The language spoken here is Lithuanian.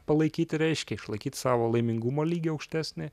palaikyti reiškia išlaikyt savo laimingumo lygį aukštesnį